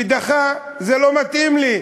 ודחה, זה לא מתאים לי,